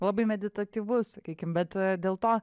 labai meditatyvu sakykim bet dėl to